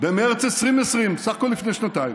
במרץ 2020, סך הכול לפני שנתיים,